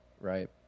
right